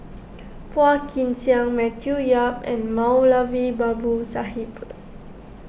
Phua Kin Siang Matthew Yap and Moulavi Babu Sahib